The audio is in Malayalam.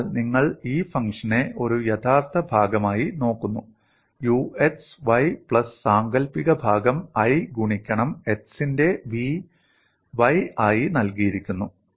അതിനാൽ നിങ്ങൾ ഈ ഫംഗ്ഷനെ ഒരു യഥാർത്ഥ ഭാഗമായി നോക്കുന്നു u x y പ്ലസ് സാങ്കൽപ്പിക ഭാഗം i ഗുണിക്കണം x ന്റെ v y ആയി നൽകിയിരിക്കുന്നു